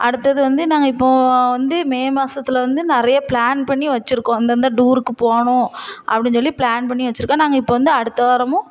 அடுத்தது வந்து நாங்கள் இப்போது வந்து மே மாசத்தில் வந்து நிறைய ப்ளான் பண்ணி வச்சுருக்கோம் இந்தந்த டூருக்கு போகணும் அப்படின் சொல்லி ப்ளான் பண்ணி வச்சுருக்கோம் நாங்கள் இப்போ வந்து அடுத்த வாரமும்